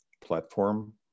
platform